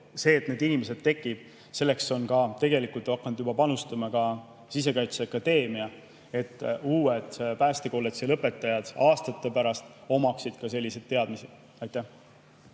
See, et neid inimesi tekiks, selleks on tegelikult hakanud juba panustama ka Sisekaitseakadeemia, et uued päästekolledži lõpetajad aastate pärast omaksid ka selliseid teadmisi. Aivar